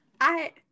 I-